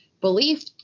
belief